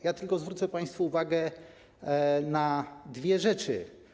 Ja tylko zwrócę państwu uwagę na dwie rzeczy.